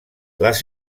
les